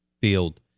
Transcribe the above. field